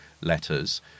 letters